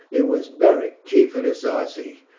it was beric, chief of the sarci,